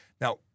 Now